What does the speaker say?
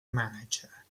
manager